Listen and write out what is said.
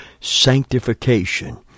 sanctification